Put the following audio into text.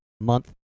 month